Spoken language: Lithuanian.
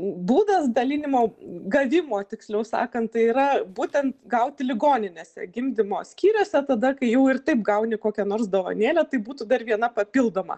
būdas dalinimo gavimo tiksliau sakant tai yra būtent gauti ligoninėse gimdymo skyriuose tada kai jau ir taip gauni kokią nors dovanėlę tai būtų dar viena papildoma